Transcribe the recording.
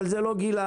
אבל זה לא גלעד,